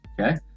okay